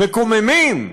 מקוממים.